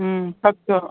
ꯎꯝ ꯐꯛꯇꯣ